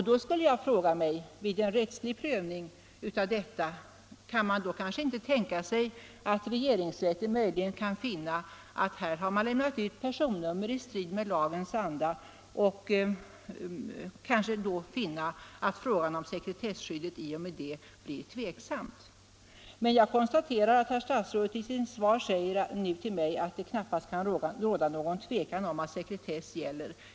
Då frågar jag mig: Är det vid en rättslig prövning av detta tänkbart att regeringsrätten skulle finna att här har personnummer lämnats ut i strid med lagens anda och att sekretesskyddet i och med det blir tveksamt? Men jag konstaterar att herr statsrådet i sitt svar till mig säger att det knappast kan råda något tvivel om att sekretess gäller.